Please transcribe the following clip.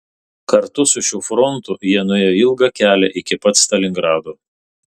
kartu su šiuo frontu jie nuėjo ilgą kelią iki pat stalingrado